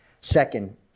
Second